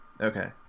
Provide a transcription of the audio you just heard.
okay